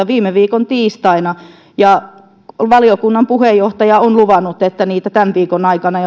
viime viikon tiistaina ja valiokunnan puheenjohtaja on luvannut että niitä mahdollisesti jo tämän viikon aikana